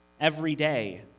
everyday